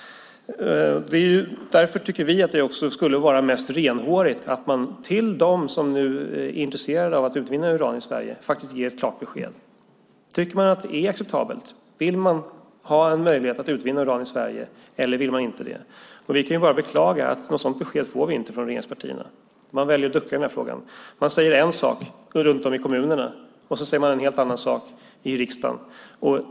Vi tycker att det skulle vara mest renhårigt att man till dem som nu är intresserade av att utvinna uran i Sverige faktiskt ger ett klart besked. Tycker man att det är acceptabelt, vill man ha möjlighet att utvinna uran i Sverige eller vill man inte det? Vi kan bara beklaga att vi inte får något sådant besked från regeringspartierna. Man väljer att ducka i den här frågan. Man säger en sak runt om i kommunerna. Sedan säger man en helt annan sak i riksdagen.